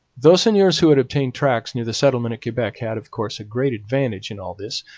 those seigneurs who had obtained tracts near the settlement at quebec had, of course, a great advantage in all this,